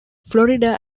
florida